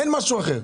אין משהו אחר.